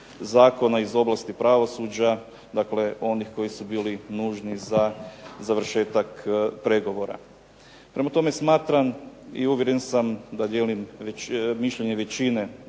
zakona iz oblasti pravosuđa, dakle onih koji su bili nužni za završetak pregovora. Prema tome smatram i uvjeren sam da dijelim već, mišljenje većine